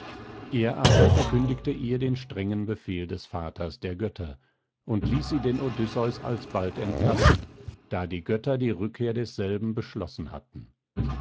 er aber verkündigte ihr den strengen befehl des vaters der götter und hieß sie den odysseus alsbald entlassen da die götter die rückkehr desselben beschlossen hatten